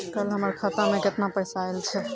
कल हमर खाता मैं केतना पैसा आइल छै?